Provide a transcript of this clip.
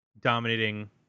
dominating